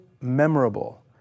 memorable